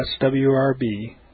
swrb